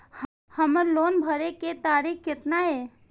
हमर लोन भरे के तारीख केतना ये?